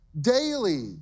daily